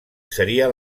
seria